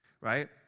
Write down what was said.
right